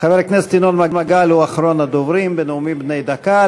חבר הכנסת ינון מגל הוא אחרון הדוברים בנאומים בני דקה.